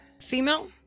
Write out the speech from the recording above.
female